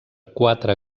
quatre